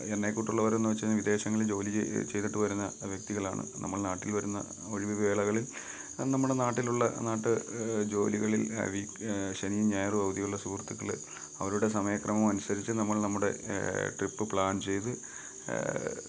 എന്നെ കൂട്ടുള്ളവരെന്ന് വച്ച് കഴിഞ്ഞാൽ വിദേശങ്ങളിൽ ജോലി ചെയ്തിട്ട് വരുന്ന വ്യക്തികളാണ് നമ്മൾ നാട്ടിൽ വരുന്ന ഒഴിവ് വേളകളിൽ നമ്മുടെ നാട്ടിലുള്ള നാട്ട് ജോലികളിൽ ശനീം ഞായറും അവധിയുള്ള സുഹൃത്തുക്കള് അവരുടെ സമയക്രമം അനുസരിച്ച് നമ്മൾ നമ്മുടെ ട്രിപ്പ് പ്ലാൻ ചെയ്ത്